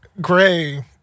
gray